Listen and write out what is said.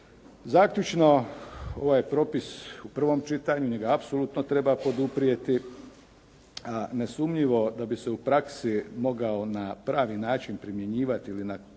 Zaključno, ovaj propis u prvom čitanju njega apsolutno treba poduprijeti, a ne sumnjivo da bi se u praksi mogao na pravi način primjenjivati ili na